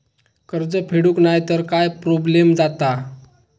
कर्ज फेडूक नाय तर काय प्रोब्लेम जाता?